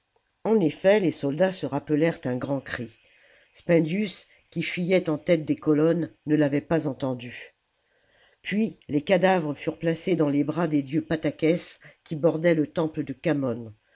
en effet les soldats se rappelèrent un grand cri spendius qui fuyait en tête des colonnes ne l'avait pas entendu puis les cadavres furent placés dans les bras des dieux patseques qui bordaient le temple de khamon